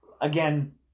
Again